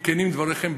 אם כנים דבריכם,